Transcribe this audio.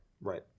Right